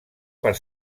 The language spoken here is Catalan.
per